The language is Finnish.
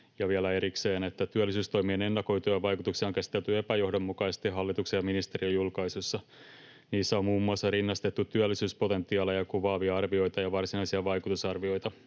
Ja vielä erikseen: "Työllisyystoimien ennakoituja vaikutuksia on käsitelty epäjohdonmukaisesti hallituksen ja ministeriön julkaisuissa. Niissä on muun muassa rinnastettu työllisyyspotentiaalia kuvaavia arvioita ja varsinaisia vaikutusarvioita.